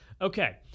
okay